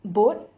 boat